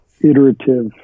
iterative